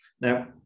Now